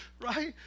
Right